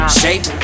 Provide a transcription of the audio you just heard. shape